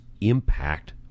impact